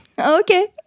Okay